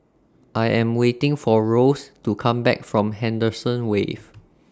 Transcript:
I Am waiting For Rose to Come Back from Henderson Wave